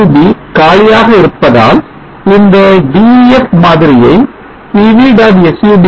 sub காலியாக இருப்பதால் இந்த Def மாதிரியை pv